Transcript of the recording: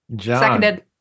Seconded